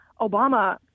Obama